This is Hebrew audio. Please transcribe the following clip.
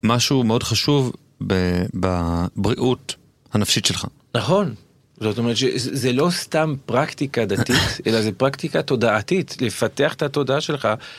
- משהו מאוד חשוב ב... בבריאות הנפשית שלך. - נכון. - זאת אומרת שזה לא סתם פרקטיקה דתית, אלא זה פרקטיקה תודעתית, לפתח את התודעה שלך.